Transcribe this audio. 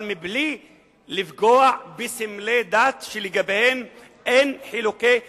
מבלי לפגוע בסמלי דת שלגביהם אין חילוקי דעות.